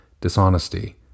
dishonesty